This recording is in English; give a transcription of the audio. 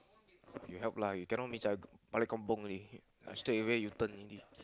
you help lah you cannot means I balik kampung already I straight away u turn already